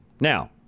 Now